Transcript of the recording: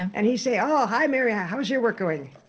and he'd say, oh, hi mary. yeah how's your work going?